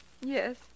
Yes